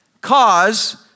cause